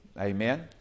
amen